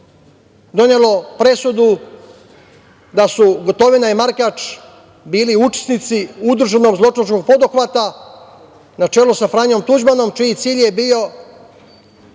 donelo presudu da su Gotovina i Markač bili učesnici udruženog zločinačkog poduhvata na čelu sa Franjom Tuđmanom, čiji cilj je bio